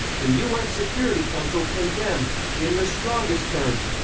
the u n. security council condemned, in the strongest terms,